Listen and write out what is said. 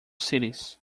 cities